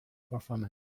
performance